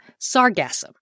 sargassum